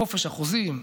חופש החוזים,